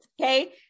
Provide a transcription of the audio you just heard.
okay